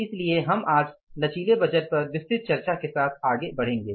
इसलिए हम आज लचीले बजट पर विस्तृत चर्चा के साथ आगे बढ़ेंगे